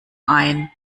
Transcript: ein